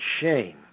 shame